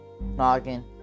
Noggin